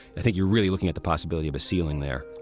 i think you're really looking at the possibility of a ceiling there,